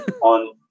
on